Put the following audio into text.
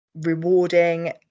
rewarding